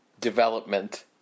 development